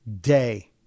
day